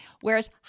whereas